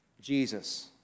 Jesus